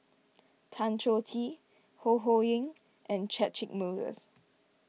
Tan Choh Tee Ho Ho Ying and Catchick Moses